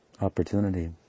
opportunity